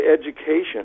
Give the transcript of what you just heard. education